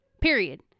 Period